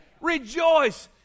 Rejoice